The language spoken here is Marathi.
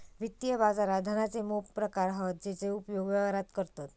वित्तीय बाजारात धनाचे मोप प्रकार हत जेचो उपयोग व्यवहारात करतत